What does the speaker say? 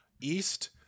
East